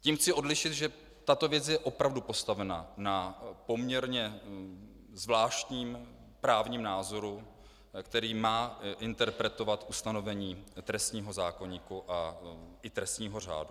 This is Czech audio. Tím chci odlišit, že tato věc je opravdu postavena na poměrně zvláštním právním názoru, který má interpretovat ustanovení trestního zákoníku i trestního řádu.